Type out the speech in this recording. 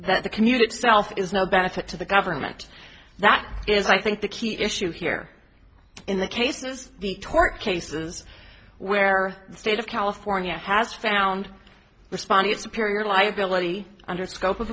that the community itself is no benefit to the government that is i think the key issue here in the case is the tort cases where the state of california has found responsive superior liability under scope of